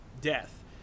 death